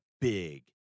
big